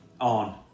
on